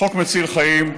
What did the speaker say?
חוק מציל חיים.